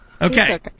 Okay